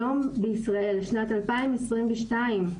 היום בישראל, בשנת 2022,